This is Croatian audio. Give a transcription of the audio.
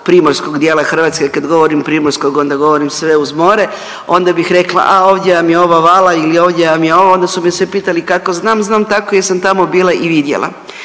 Primorskog dijela Hrvatske, kad govorim Primorskog onda govorim sve uz more, onda bih rekla, a ovdje vam je ova vala ili ovdje vam je ova onda su me svi pitali kako znam, znam tako jer sam tamo bila i vidjela.